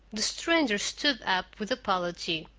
the stranger stood up with apology.